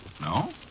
No